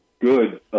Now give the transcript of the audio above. good